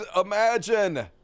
Imagine